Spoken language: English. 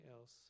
else